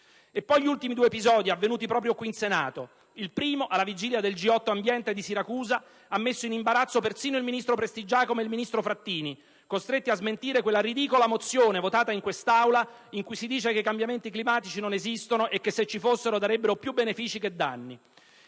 E poi gli ultimi due episodi avvenuti proprio qui in Senato: il primo, alla vigilia del G8-Ambiente a Siracusa ha messo in imbarazzo persino il ministro Prestigiacomo e il ministro Frattini, costretti a smentire quella ridicola mozione votata in quest'Aula in cui si dice che i cambiamenti climatici non esistono e che se ci fossero produrrebbero più benefici che danni;